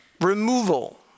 Removal